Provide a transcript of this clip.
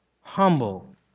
humble